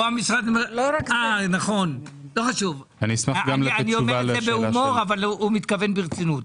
אני אומר את זה בהומור אבל הוא מתכוון ברצינות.